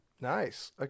Nice